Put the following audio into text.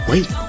Wait